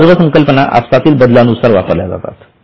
या सर्व संकल्पना आपसातील बदला नुसार वापरल्या जातात